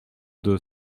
deux